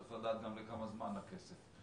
צריך לדעת לכמה זמן הכסף.